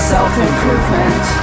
Self-improvement